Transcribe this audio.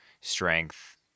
strength